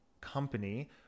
company